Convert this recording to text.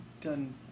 done